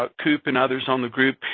but coop and others on the group,